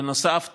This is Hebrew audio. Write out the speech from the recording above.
בנוסף,